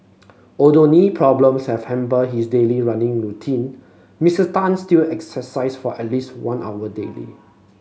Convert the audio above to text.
although knee problems have hampered his daily running routine Mister Tan still exercise for at least one hour daily